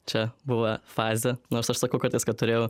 čia buvo fazė nors aš sakau kartais kad turėjau